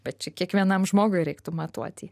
bet čia kiekvienam žmogui reiktų matuoti